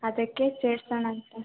ಅದಕ್ಕೆ ಸೇರಿಸೋಣ ಅಂತ